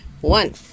one